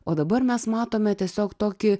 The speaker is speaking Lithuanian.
o dabar mes matome tiesiog tokį